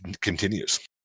continues